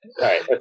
right